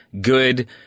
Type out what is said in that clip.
good